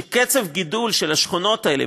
שקצב הגידול של השכונות האלה,